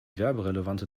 werberelevante